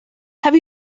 have